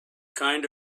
kind